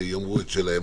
יאמרו את שלהם.